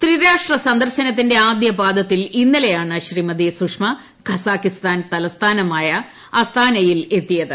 ത്രിരാഷ്ട്ര സന്ദർശനത്തിന്റെ ആദ്യപാദത്തിൽ ഇന്നലെയാണ് ശ്രീമതി സുഷമ കസാഖിസ്ഥാൻ തലസ്ഥാനമായ അസ്താനയിൽ എത്തിയത്